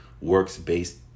works-based